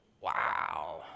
Wow